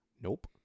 nope